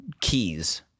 Keys